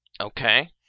Okay